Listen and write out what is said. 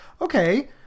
okay